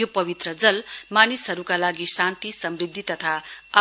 यो पवित्र जल मानिसहरुका लागि शान्ति समृध्दि तथा